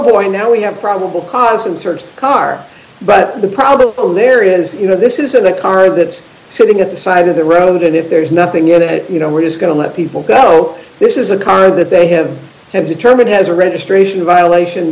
why now we have probable cause and searched a car but the problem there is you know this isn't a car that's sitting at the side of the road and if there's nothing in it you know we're just going to let people go this is a car that they have have determined has a registration violation